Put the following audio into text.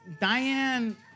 Diane